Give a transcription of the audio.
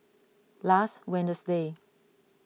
last Wednesday